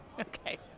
Okay